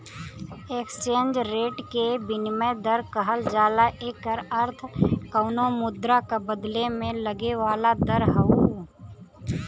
exchange rate के विनिमय दर कहल जाला एकर अर्थ कउनो मुद्रा क बदले में लगे वाला दर हउवे